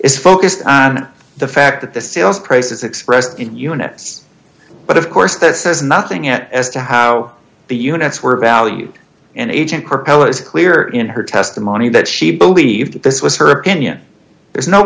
is focused on the fact that the sales price is expressed in units but of course that says nothing as to how the units were valued and agent proposed clear in her testimony that she believed this was her opinion there's no